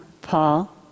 Paul